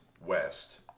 west